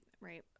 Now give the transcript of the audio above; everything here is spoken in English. Right